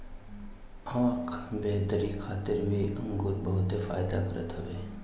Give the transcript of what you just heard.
आँख बेहतरी खातिर भी अंगूर बहुते फायदा करत हवे